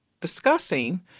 discussing